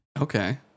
Okay